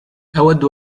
أود